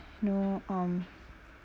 no um